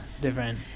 different